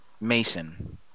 Mason